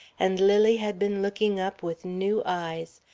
and lily had been looking up with new eyes,